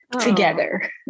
together